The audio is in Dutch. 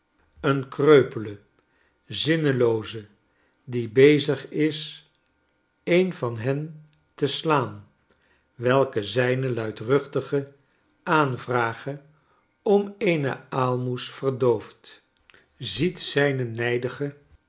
een kreupele zinnelooze die bezigiseen van hen te slaan welke zijne luidruchtige aanvrage om eene aalmoes verdooft ziet zijne nijdige